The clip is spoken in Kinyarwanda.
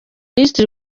minisitiri